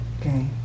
Okay